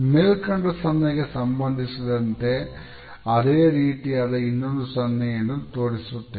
ಮೇಲ್ಕಂಡ ಸನ್ನೆಗೆ ಸಂಬಂಧಿಸಿದಂತೆ ಅದೇ ರೀತಿಯಾದ ಇನ್ನೊಂದು ಸನ್ನೆ ಯನ್ನು ತೋರಿಸುತ್ತೇನೆ